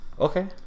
Okay